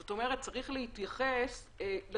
זאת אומרת שצריך להתייחס לצורך.